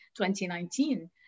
2019